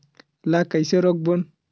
ला कइसे रोक बोन?